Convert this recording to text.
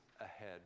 ahead